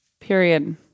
Period